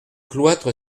cloître